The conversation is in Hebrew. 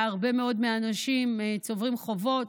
והרבה מאוד אנשים צוברים חובות.